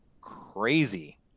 crazy –